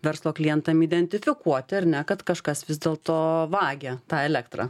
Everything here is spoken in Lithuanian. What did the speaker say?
verslo klientam identifikuoti ar ne kad kažkas vis dėl to vagia tą elektrą